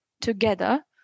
together